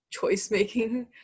choice-making